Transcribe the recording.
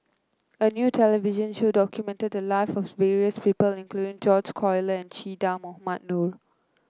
a new television show documented the live of various people including George Collyer Che Dah Mohamed Noor